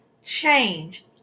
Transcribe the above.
change